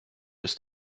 ist